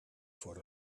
for